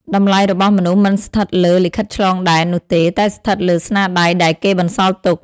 តម្លៃរបស់មនុស្សមិនស្ថិតលើ "លិខិតឆ្លងដែន" នោះទេ តែស្ថិតលើ "ស្នាដៃ" ដែលគេបន្សល់ទុក។